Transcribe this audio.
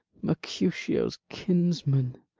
mercutio's kinsman,